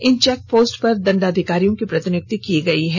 इन check post पर दंडाधिकारी की प्रतिनियुक्ति की गयी है